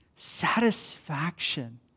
satisfaction